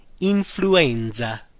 influenza